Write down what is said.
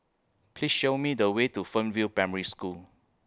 Please Show Me The Way to Fernvale Primary School